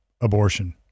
abortion